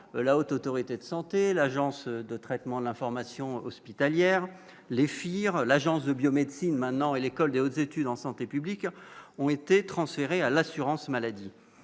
la Haute autorité de santé, l'Agence de traitement de l'information hospitalière les finir l'Agence de biomédecine maintenant et l'école et aux études en santé publique, ont été transférés à l'assurance maladie